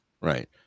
Right